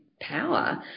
Power